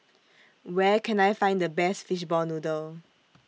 Where Can I Find The Best Fishball Noodle